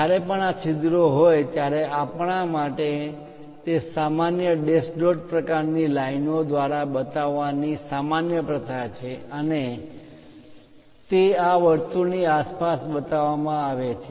જ્યારે પણ આ છિદ્રો હોય છે ત્યારે આપણા માટે તે સામાન્ય ડૅશ ડોટ પ્રકારની લાઇનો દ્વારા બતાવવા ની સામાન્ય પ્રથા છે અને તે આ વર્તુળની આસપાસ બતાવવામાં આવે છે